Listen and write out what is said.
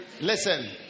Listen